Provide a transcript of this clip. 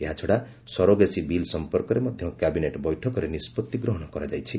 ଏହାଛଡ଼ା surrogacy bill ସମ୍ପର୍କରେ ମଧ୍ୟ କ୍ୟାବିନେଟ୍ ବୈଠକରେ ନିଷ୍ପତ୍ତି ଗ୍ରହଣ କରାଯାଇଛି